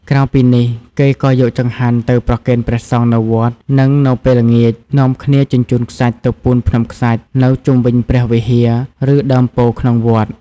ក្រៅពីនេះ គេក៏យកចង្ហាន់ទៅប្រគេនព្រះសង្ឃនៅវត្ត និងនៅពេលល្ងាចនាំគ្នាជញ្ជូនខ្សាច់ទៅ ពូនភ្នំខ្សាច់ នៅជុំវិញព្រះវិហារ ឬ ដើមពោធិ៍ក្នុងវត្ត។